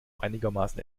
einigermaßen